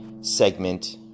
segment